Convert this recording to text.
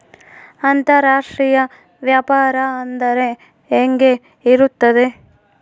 ಅಂತರಾಷ್ಟ್ರೇಯ ವ್ಯಾಪಾರ ಅಂದರೆ ಹೆಂಗೆ ಇರುತ್ತದೆ?